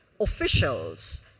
officials